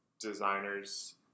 designers